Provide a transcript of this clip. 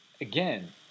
again